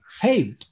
hey